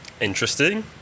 interesting